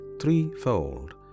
threefold